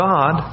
God